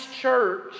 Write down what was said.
church